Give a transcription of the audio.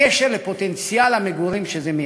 בקשר לפוטנציאל המגורים שזה מייצר.